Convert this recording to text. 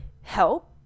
help